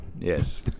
Yes